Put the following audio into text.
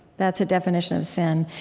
that's a definition of sin,